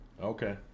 Okay